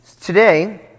Today